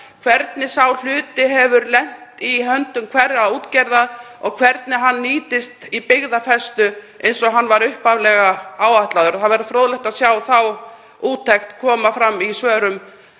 hvernig sá hluti hefur lent í höndum hverrar útgerðar og hvernig hann nýtist í byggðafestu, eins og upphaflega var ætlað. Það verður fróðlegt að sjá þá úttekt í svörum